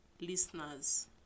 listeners